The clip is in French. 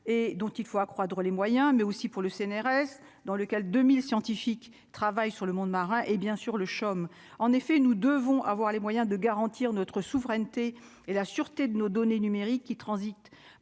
et dont il faut accroître les moyens mais aussi pour le CNRS dans lequel 2000 scientifiques travaillent sur le monde marin et bien sûr le SHOM, en effet, nous devons avoir les moyens de garantir notre souveraineté et la sûreté de nos données numériques qui transitent